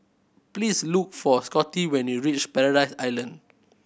please look for Scotty when you reach Paradise Island